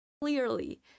Clearly